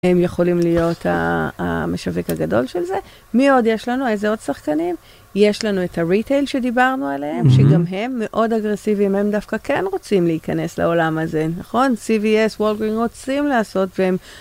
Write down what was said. הם יכולים להיות המשווק הגדול של זה. מי עוד יש לנו? איזה עוד שחקנים? יש לנו את הריטייל שדיברנו עליהם, שגם הם מאוד אגרסיביים, הם דווקא כן רוצים להיכנס לעולם הזה, נכון? CVS, וולגרינג רוצים לעשות, והם...